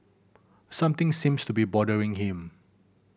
something seems to be bothering him